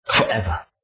forever